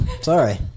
Sorry